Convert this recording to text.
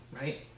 right